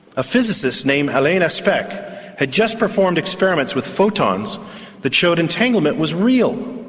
a physicist named alain aspect had just performed experiments with photons that showed entanglement was real.